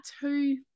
two